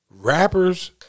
Rappers